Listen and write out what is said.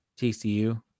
TCU